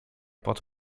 pod